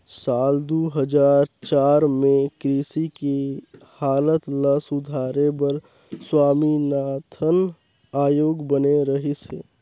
साल दू हजार चार में कृषि के हालत ल सुधारे बर स्वामीनाथन आयोग बने रहिस हे